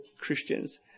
Christians